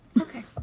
Okay